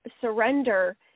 surrender